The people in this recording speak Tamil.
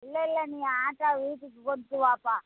இல்லயில்ல நீ ஆட்டோ வீட்டுக்கு கொண்டு வாப்பா